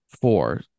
four